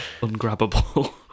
ungrabbable